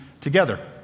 together